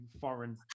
foreign